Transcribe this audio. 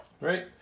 right